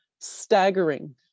staggering